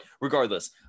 regardless